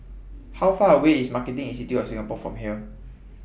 How Far away IS Marketing Institute of Singapore from here